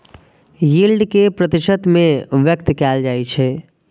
yield कें प्रतिशत मे व्यक्त कैल जाइ छै